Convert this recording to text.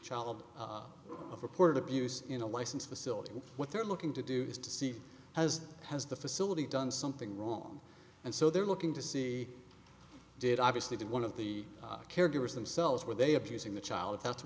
child of reported abuse in a licensed facility what they're looking to do is to see as has the facility done something wrong and so they're looking to see did obviously did one of the caregivers themselves where they abusing the child tha